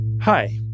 Hi